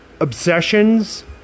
Obsessions